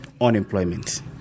unemployment